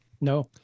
No